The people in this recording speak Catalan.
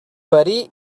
parir